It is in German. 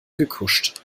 gekuscht